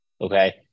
Okay